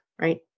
right